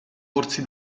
corsi